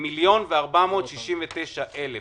ל-1,469,000